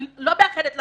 אני לא מאחלת לכם.